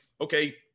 okay